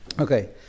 okay